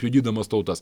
pjudydamas tautas